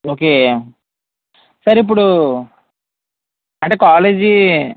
okay sir ఇప్పుడు అంటే college